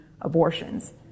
abortions